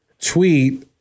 tweet